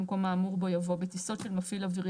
במקום האמור בו יבוא "בטיסות של מפעיל אווירי